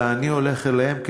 אלא אני הולך אליהם,